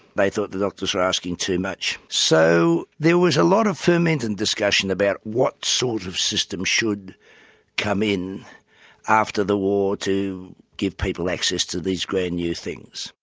they thought the doctors were asking too much. so there was a lot of foment and discussion about what sort of system should come in after the war to give people access to these grand new things.